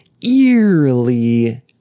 eerily